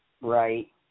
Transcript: Right